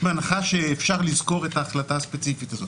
בהנחה שאפשר לזכור את ההחלטה הספציפית הזאת.